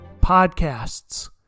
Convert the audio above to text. podcasts